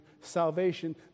salvation